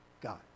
God